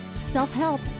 self-help